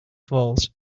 falls